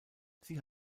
sie